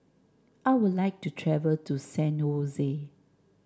I would like to travel to San Jose